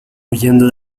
huyendo